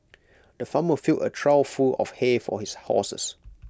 the farmer filled A trough full of hay for his horses